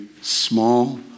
small